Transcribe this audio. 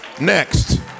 next